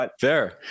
Fair